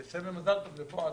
ואסיים במזל טוב לבועז,